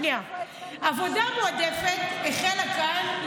עבודה מועדפת החלה כאן,